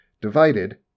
divided